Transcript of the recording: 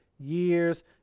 years